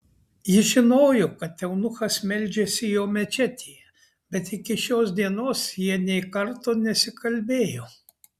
jis žinojo kad eunuchas meldžiasi jo mečetėje bet iki šios dienos jie nė karto nesikalbėjo